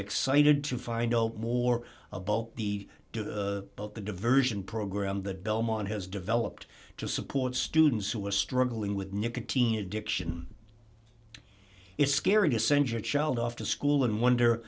excited to find more about the boat the diversion program that belmont has developed to support students who are struggling with nicotine addiction it's scary to send your child off to school and wonder